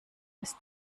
ist